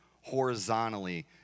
horizontally